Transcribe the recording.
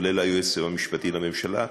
כולל היועץ המשפטי לממשלה?